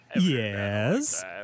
Yes